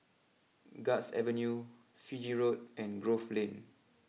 Guards Avenue Fiji Road and Grove Lane